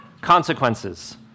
consequences